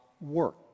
work